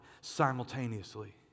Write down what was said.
simultaneously